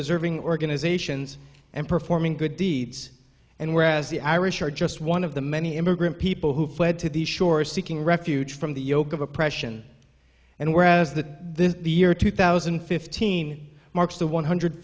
deserving organizations and performing good deeds and whereas the irish are just one of the many immigrant people who fled to the shores seeking refuge from the yoke of oppression and whereas the year two thousand and fifteen marks the one hundred